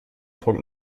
punkt